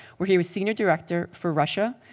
where he was senior director for russia,